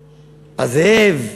הזאב.